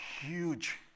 huge